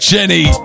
Jenny